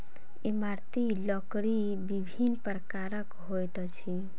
इमारती लकड़ी विभिन्न प्रकारक होइत अछि